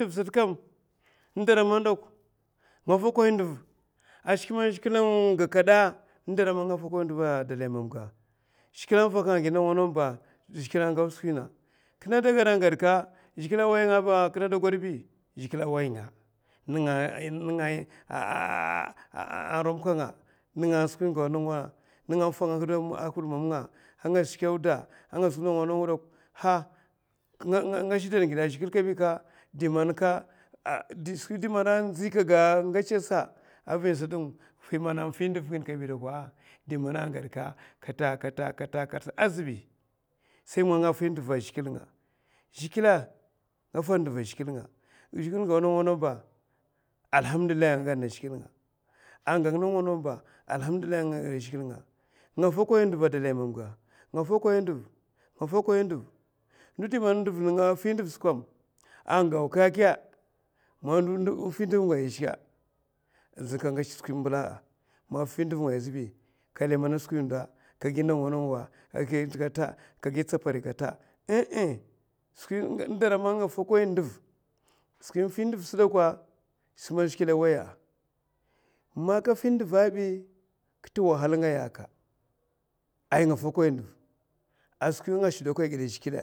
N'dara man nga fokoy nduv a skwi man zhigilè n'ga kada. dara man nga fokoy nduva a day mam ga, zhigilè a ngau nawa nawa ba. kinè gada kinè da gadka zhigilè awaynga bi a kinè gadbi zhigilè awaynga, ay nènga ramka nga nènga a faka nga hud, mamga anga ashika auda anga gi nawa nawa ba, ha nga shidan gidè a zhigilè kabi ka, di man avina sat di man a fi ndiv di kabi ka. sai man nga fi nduva a zhigilè, zhigilè sai man nga fi ndav. aka gau ndawa ndawa ba allahamdillahi anga gadana zhigilè nga, nga fokoy nduv a dlay ga, nga fokoy nduv, ndo di man ag fi nduv agau kèkè, man fi nduv ngaya azhè azina ka ngèchè skwi, man fi nduv ngaya azbi azina kalamana a skwi ndo ka gi ndawa ndawa skwi fi nduv sè dakwa skwi man zhigilè awaya, man kafi nduva abi kè ta wahal ngaya aka ay nga fokoy nduv a skwi man nga fi nduva